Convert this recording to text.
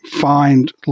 find